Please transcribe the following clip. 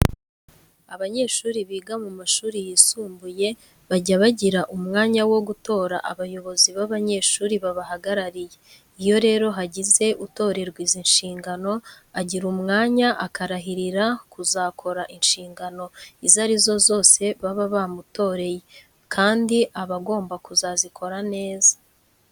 Abanyeshuri biga mu mashuri yisumbuye bajya bagira umwanya wo gutora abayobozi b'abanyeshuri babahagarariye. Iyo rero hagize utorerwa izi nshingano agira umwanya akarahirira kuzakora inshingano izo ari zo zose baba bamutoreye kandi aba agomba kuzazikora neza.